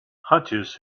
hunches